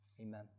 Amen